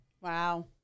Wow